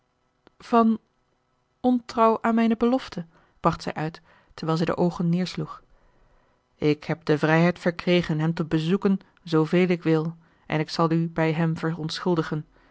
van ontrouw aan mijne belofte bracht zij uit terwijl zij de oogen neêrsloeg ik heb de vrijheid verkregen hem te bezoeken zoo veel ik wil en ik zal u bij hem verontschuldigen